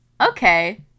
Okay